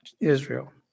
Israel